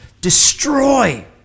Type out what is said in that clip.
Destroy